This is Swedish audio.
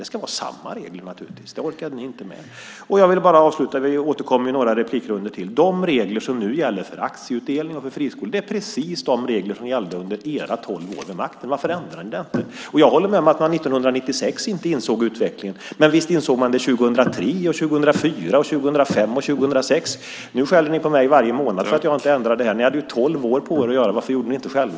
Det ska naturligtvis vara samma regler. Det orkade ni inte med. Jag vill avsluta detta inlägg - vi återkommer ju med ytterligare några inlägg - med att säga att de regler som nu gäller för aktieutdelning och för friskolor är de regler som gällde under Socialdemokraternas tolv år vid makten. Varför ändrade ni dem inte? Jag håller med om att man 1996 inte insåg utvecklingen, men visst insåg man den 2003, 2004, 2005 och 2006. Nu skäller ni på mig varje månad för att jag inte ändrar på detta. Ni hade tolv år på er att göra det. Varför gjorde ni det inte själva?